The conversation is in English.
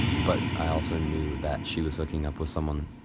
but i also knew that she was hooking up with someone.